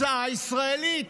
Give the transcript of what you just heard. הצעה ישראלית?